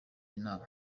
inama